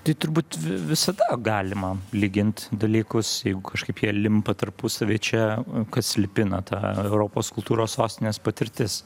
tai turbūt visada galima lygint dalykus kažkaip jie limpa tarpusavy čia kas lipina ta europos kultūros sostinės patirtis